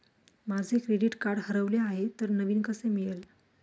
माझे credit card हरवले आहे तर नवीन कसे मिळेल?